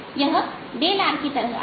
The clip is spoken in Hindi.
यहr की तरह आएगा